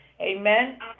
Amen